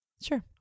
sure